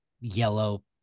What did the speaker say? yellow